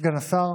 סגן השר,